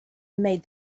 made